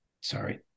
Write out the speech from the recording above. sorry